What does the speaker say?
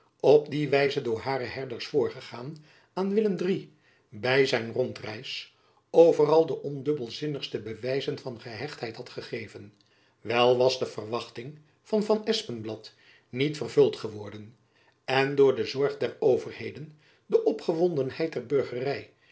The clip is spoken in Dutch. op die wijze door hare herders voorgegaan aan willem iii by zijn rondreis overal de ondubbelzinnigste bewijzen van gehechtheid had gegeven wel was de verwachting van van espenblad niet vervuld geworden en door de zorg der overheden de opgewondenheid der burgery